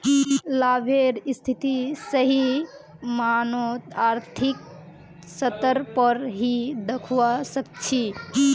लाभेर स्थिति सही मायनत आर्थिक स्तर पर ही दखवा सक छी